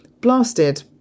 blasted